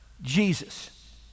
Jesus